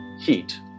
heat